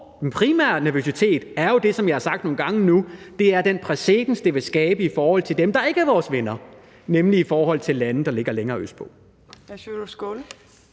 min primære nervøsitet går jo, som jeg har sagt nogle gange nu, på den præcedens, det vil skabe i forhold til dem, der ikke er vores venner, nemlig lande, der ligger længere østpå.